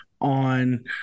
on